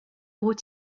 gros